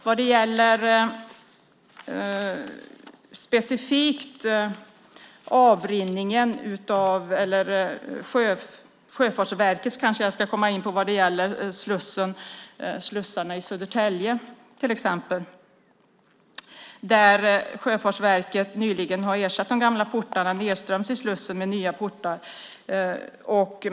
Vad specifikt gäller till exempel slussarna i Södertälje har Sjöfartsverket nyligen ersatt de gamla portarna nedströms i slussen med nya portar.